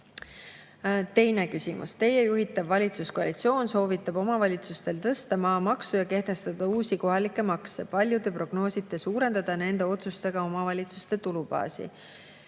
Teine küsimus: "Teie juhitav valitsuskoalitsioon soovitab omavalitsustel tõsta maamaksu ja kehtestada uusi kohalikke makse? Palju Te prognoosite suurendada nende otsustega omavalitsuste tulubaasi?"